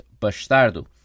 Bastardo